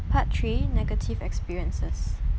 part three negative experiences